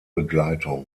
begleitung